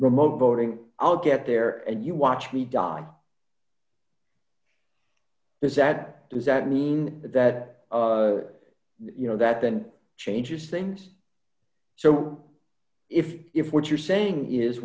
remote voting i'll get there and you watch me die does that does that mean that you know that then changes things so if if what you're saying is